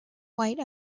white